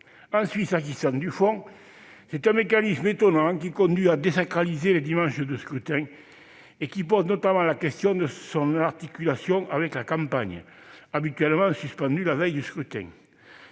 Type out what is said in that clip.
Ensuite, s'agissant du fond, il s'agit d'un mécanisme étonnant qui conduit à désacraliser les dimanches de scrutin. Cela pose notamment la question de son articulation avec la campagne, habituellement suspendue la veille du scrutin.